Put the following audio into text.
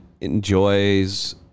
enjoys